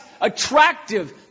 attractive